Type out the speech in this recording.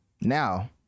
now